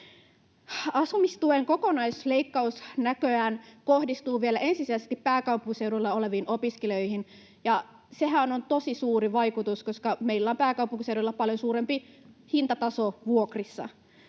Asumistuen kokonaisleikkaus näköjään kohdistuu vielä ensisijaisesti pääkaupunkiseudulla oleviin opiskelijoihin, ja sehän on tosi suuri vaikutus, koska meillä on pääkaupunkiseudulla paljon suurempi hintataso vuokrissa.